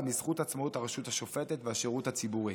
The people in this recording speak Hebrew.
בזכות עצמאות הרשות השופטת והשירות הציבורי".